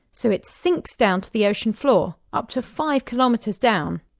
so it sinks down to the ocean floor, up to five kilometres down.